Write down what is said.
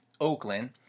Oakland